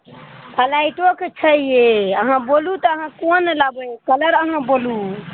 फलाइटोके छै यै यहाँ बोलू तऽ अहाँ कोन लेबै कलर अहाँ बोलू